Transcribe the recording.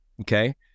okay